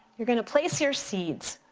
you're gonna place your seeds.